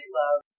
love